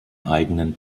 eigenen